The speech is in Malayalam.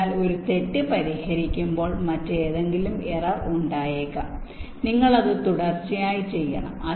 അതിനാൽ ഒരു തെറ്റ് പരിഹരിക്കുമ്പോൾ മറ്റേതെങ്കിലും എറർ ഉണ്ടായേക്കാം നിങ്ങൾ അത് തുടർച്ചയായി ചെയ്യണം